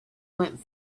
went